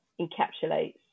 encapsulates